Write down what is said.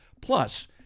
Plus